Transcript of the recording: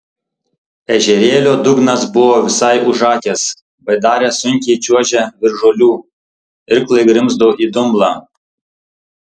ežerėlio dugnas buvo visai užakęs baidarė sunkiai čiuožė virš žolių irklai grimzdo į dumblą